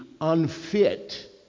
unfit